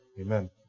Amen